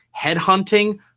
headhunting